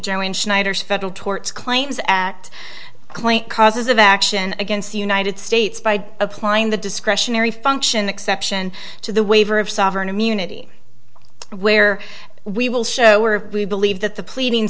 in schneider's federal tort claims act claim causes of action against the united states by applying the discretionary function exception to the waiver of sovereign immunity where we will show are we believe that the pleading